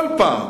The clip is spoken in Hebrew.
כל פעם